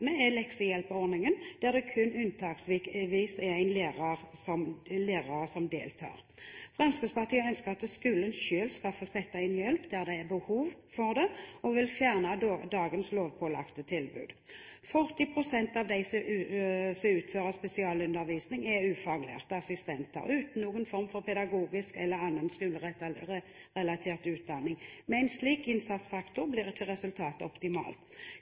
med, er leksehjelpordningen, der det kun unntaksvis er lærere som deltar. Fremskrittspartiet ønsker at skolen selv skal få sette inn hjelp der det er behov for det, og vil fjerne dagens lovpålagte tilbud. 40 pst. av de som utfører spesialundervisning, er ufaglærte assistenter uten noen form for pedagogisk eller annen skolerelatert utdanning. Med en slik innsatsfaktor blir ikke resultatet optimalt.